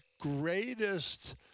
greatest